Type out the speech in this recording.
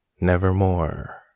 Nevermore